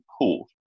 court